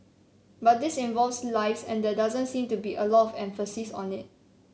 but this involves lives and there doesn't seem to be a lot of emphasis on it